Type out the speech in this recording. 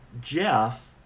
Jeff